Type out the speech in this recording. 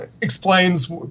explains